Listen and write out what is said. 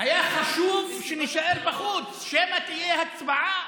היה חשוב שנישאר בחוץ שמא תהיה הצבעה